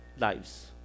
lives